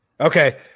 Okay